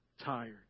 tired